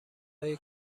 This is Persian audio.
های